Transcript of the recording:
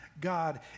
God